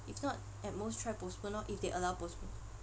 if not at most try postpone lor if they allow postpone